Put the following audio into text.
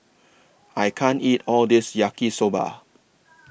I can't eat All This Yaki Soba